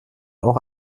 auch